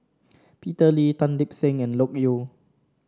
Peter Lee Tan Lip Seng and Loke Yew